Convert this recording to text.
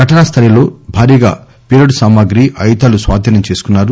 ఘటనా స్టలీలో భారీగా పేలుడు సామగ్రి ఆయుధాలు స్వాధీనం చేసుకున్నారు